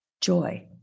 joy